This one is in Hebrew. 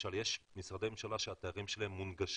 למשל יש משרדי ממשלה שהאתרים שלהם מונגשים,